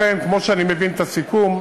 לכן, כמו שאני מבין את הסיכום,